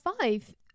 five